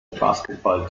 basketball